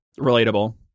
Relatable